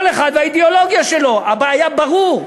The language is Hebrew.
כל אחד והאידיאולוגיה שלו, אבל היה ברור.